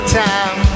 time